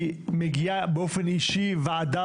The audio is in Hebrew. היא מגיעה באופן אישי ועדה,